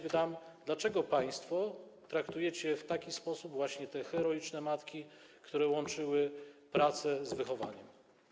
Pytam: Dlaczego państwo traktujecie w taki sposób te heroiczne matki, które łączyły pracę z wychowaniem?